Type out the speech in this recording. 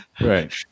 Right